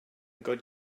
good